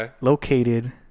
located